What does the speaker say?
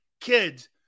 kids